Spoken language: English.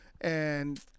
and-